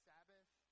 Sabbath